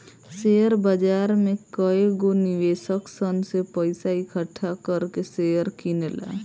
share बाजार में कएगो निवेशक सन से पइसा इकठ्ठा कर के शेयर किनला